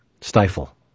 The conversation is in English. Stifle